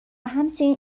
همچنین